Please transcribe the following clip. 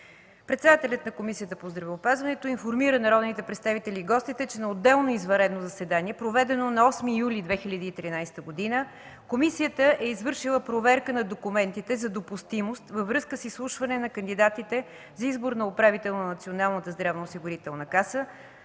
Председателят на Комисията по здравеопазването информира народните представители и гостите, че на отделно извънредно заседание, проведено на 8 юли 2013 г., комисията е извършила проверка на документите за допустимост във връзка с изслушване на кандидатите за избор на управител на Националната здравноосигурителна каса